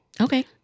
Okay